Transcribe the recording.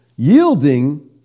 Yielding